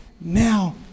now